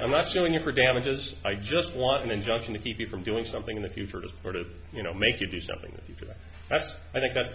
i'm not showing up for damages i just want an injunction to keep me from doing something in the future to sort of you know make you do something if you think that